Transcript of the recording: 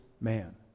man